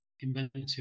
inventive